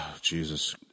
Jesus